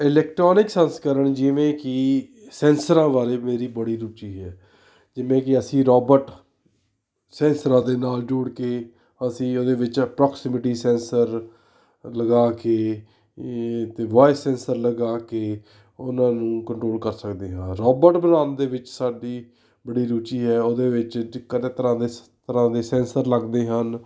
electronic ਸੰਸਕਰਨ ਜਿਵੇਂ ਕਿ ਸੈਂਸਰਾਂ ਬਾਰੇ ਮੇਰੀ ਬੜੀ ਰੁਚੀ ਹੈ ਜਿਵੇਂ ਕਿ ਅਸੀਂ ਰੋਬਰਟ ਸੈਂਸਰਾਂ ਦੇ ਨਾਲ ਜੁੜ ਕੇ ਅਸੀਂ ਉਹਦੇ ਵਿੱਚ ਅਪਰੋਕਸੀਮਿਟੀ ਸੈਂਸਰ ਲਗਾ ਕੇ ਏ ਅਤੇ ਵੋਇਸ ਸੈਂਸਰ ਲਗਾ ਕੇ ਉਹਨਾਂ ਨੂੰ ਕੰਟਰੋਲ ਕਰ ਸਕਦੇ ਹਾਂ ਰੋਬਟ ਬਣਾਉਣ ਦੇ ਵਿੱਚ ਸਾਡੀ ਬੜੀ ਰੁਚੀ ਹੈ ਉਹਦੇ ਵਿੱਚ ਚ ਕਰ੍ਹਾਂ ਤਰ੍ਹਾਂ ਦੇ ਸ ਤਰ੍ਹਾਂ ਦੇ ਸੈਂਸਰ ਲੱਗਦੇ ਹਨ